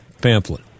pamphlet